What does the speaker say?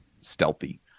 stealthy